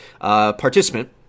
participant